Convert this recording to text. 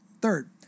Third